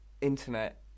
internet